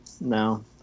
No